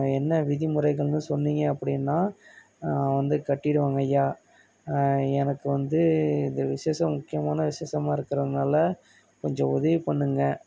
என்ன விதி முறைகள்னு சொன்னீங்க அப்படின்னா நான் வந்து கட்டிடுவேங்க ஐயா எனக்கு வந்து இந்த விஷேஷம் முக்கியமான விஷேஷமாக இருக்கறனால் கொஞ்சம் உதவி பண்ணுங்கள்